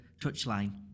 touchline